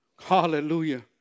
Hallelujah